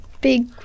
big